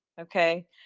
Okay